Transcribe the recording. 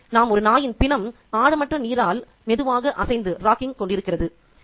இங்கே நாம் ஒரு நாயின் பிணம் ஆழமற்ற நீரால் மெதுவாக அசைந்து கொண்டிருக்கிறது